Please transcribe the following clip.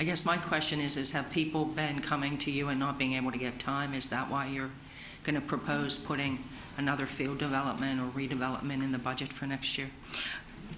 i guess my question is have people been coming to you and not being able to get time is that why you're going to propose putting another field development redevelopment in the budget for next year